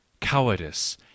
cowardice